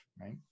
right